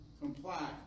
comply